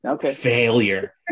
Failure